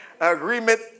Agreement